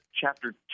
Chapter